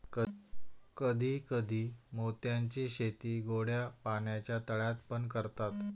कधी कधी मोत्यांची शेती गोड्या पाण्याच्या तळ्यात पण करतात